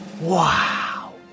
Wow